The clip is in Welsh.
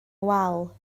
wal